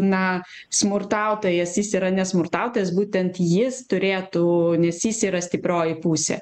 na smurtautojas jis yra ne smurtautojas būtent jis turėtų nes jis yra stiprioji pusė